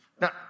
now